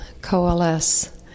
coalesce